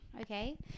Okay